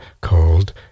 called